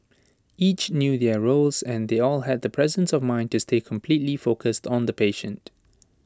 each knew their roles and they all had the presence of mind to stay completely focused on the patient